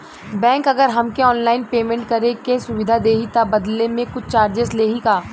Bank अगर हमके online payment करे के सुविधा देही त बदले में कुछ चार्जेस लेही का?